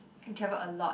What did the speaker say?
I travel a lot